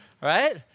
Right